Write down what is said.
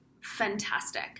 fantastic